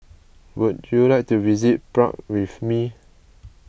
would you like to visit Prague with me